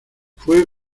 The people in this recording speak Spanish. fue